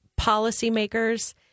policymakers